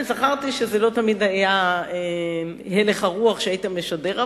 זכרתי שלא תמיד זה היה הלך הרוח שהיית משדר.